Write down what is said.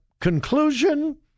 conclusion